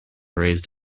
raised